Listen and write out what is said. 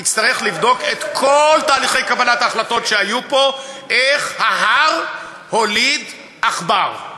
יצטרך לבדוק את כל תהליכי קבלת ההחלטות שהיו פה: איך ההר הוליד עכבר,